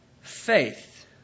faith